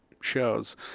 shows